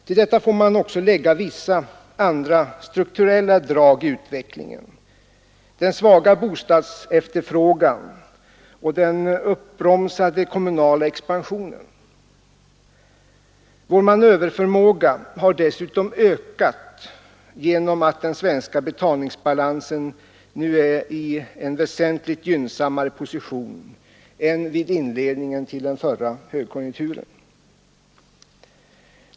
Till detta får man också lägga vissa andra strukturella drag: den svaga bostadsefterfrågan och den uppbromsade kommunala expansionen. Vår manöverförmåga har dessutom ökat genom att den svenska betalningsbalansen nu är i en väsentligt gynnsammare position än vid inledningen till förra högkonjunkturen.